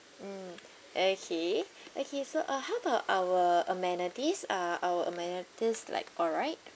mm okay okay so uh how about our amenities are our amenities like all right